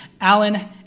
Alan